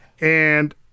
And-